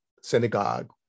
synagogue